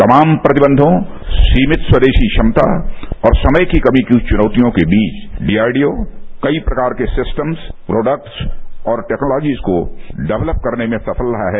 तमाम प्रतिबंधों सीमित स्वदेशी क्षमता और समय की कमी की उन चुनौतियों के बीच डीआरडीओ कई प्रकार के सिस्टम्स प्रोडक्ट्स और टेक्नोलाजिज को डेवलप करने में सफल रहा है